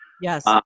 Yes